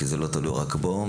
כי זה לא תלוי רק בו,